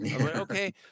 Okay